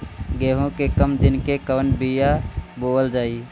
गेहूं के कम दिन के कवन बीआ बोअल जाई?